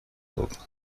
بود